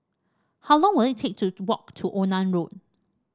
how long will it take to walk to Onan Road